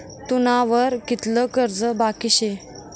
तुना वर कितलं कर्ज बाकी शे